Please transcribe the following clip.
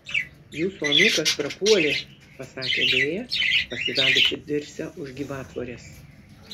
jūsų anūkas prapuolė pasakė lėja pasivedusi dirsę už gyvatvorės